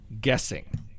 guessing